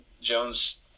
jones